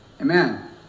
amen